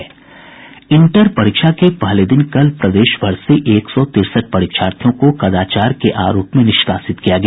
inter परीक्षा के पहले दिन कल प्रदेशभर से एक सौ तिरसठ परीक्षार्थियों को कदाचार के आरोप में निष्कासित किया गया